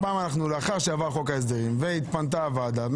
לאחר שעבר חוק ההסדרים והתפנתה הוועדה,